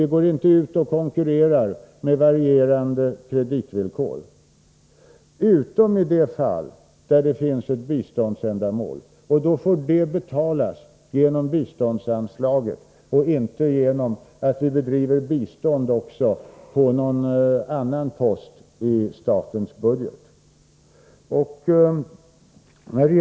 Vi går inte ut och konkurrerar med varierande kreditvillkor — utom i de fall där det finns ett biståndsändamål. Då får det betalas över biståndsanslaget, inte genom att vi bedriver bistånd också på någon annan post i statens budget.